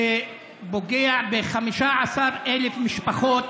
שפוגע ב-15,000 משפחות